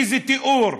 איזה תיאור,